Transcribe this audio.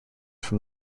from